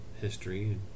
history